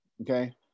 Okay